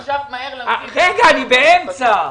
אני באמצע.